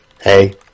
Hey